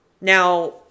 Now